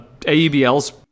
AEBL's